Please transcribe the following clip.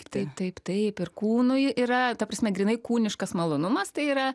taip taip taip ir kūnui yra ta prasme grynai kūniškas malonumas tai yra